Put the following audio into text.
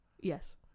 Yes